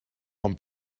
von